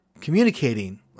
communicating